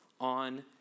on